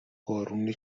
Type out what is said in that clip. بارون